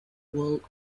would